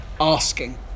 asking